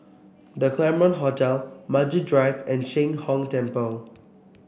The Claremont Hotel Maju Drive and Sheng Hong Temple